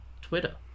Twitter